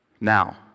Now